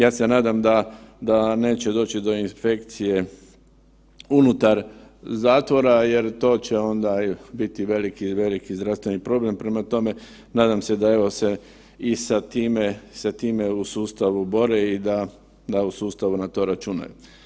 Ja se nadam da neće doći do infekcije unutar zatvora jer to će onda biti veliki, veliki zdravstveni problem, prema tome nadam se da evo se i sa time u sustavu bore i da u sustavu na to računaju.